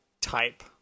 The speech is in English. type